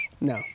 No